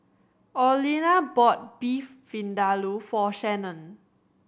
Orlena bought Beef Vindaloo for Shanon